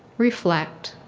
reflect